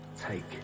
Take